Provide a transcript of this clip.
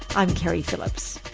i'm keri phillips